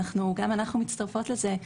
גם אנחנו מצטרפות לזה,